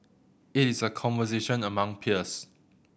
it is a conversation among peers